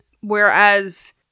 whereas